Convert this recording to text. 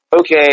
okay